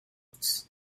pets